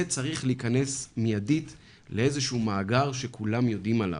זה צריך להיכנס מידית לאיזשהו מאגר שכולם יודעים עליו.